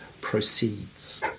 proceeds